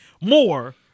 more